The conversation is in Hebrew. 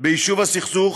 ביישוב הסכסוך